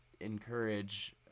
encourage